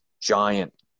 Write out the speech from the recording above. giant